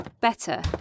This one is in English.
Better